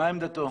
מה עמדתו?